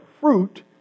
fruit